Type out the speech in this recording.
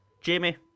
Jamie